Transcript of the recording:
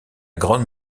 grande